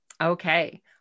Okay